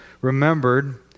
remembered